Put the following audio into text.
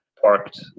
parked